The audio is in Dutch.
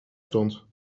stond